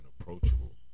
approachable